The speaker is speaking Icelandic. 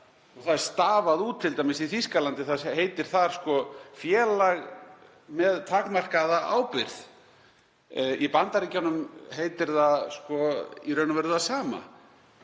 Það er stafað út t.d. í Þýskalandi og heitir þar félag með takmarkaða ábyrgð. Í Bandaríkjunum heitir það í raun og veru það sama,